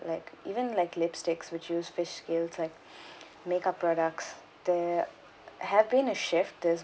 like even like lipsticks which use fish scales like makeup products there have been a shift there's